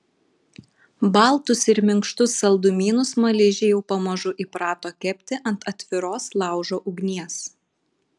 baltus ir minkštus saldumynus smaližiai jau pamažu įprato kepti ant atviros laužo ugnies